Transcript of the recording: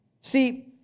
See